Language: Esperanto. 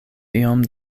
iom